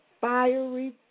fiery